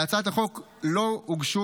להצעת החוק לא הוגשו